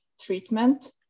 treatment